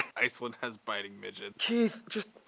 iceland has biting midgets. keith. just.